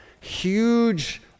huge